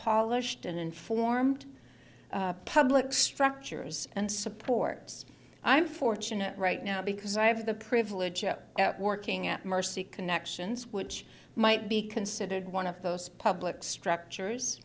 polished and informed public structures and support i'm fortunate right now because i have the privilege of working at mercy connections which might be considered one of those public structures